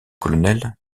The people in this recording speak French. colonel